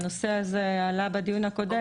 הנושא הזה עלה בדיון הקודם,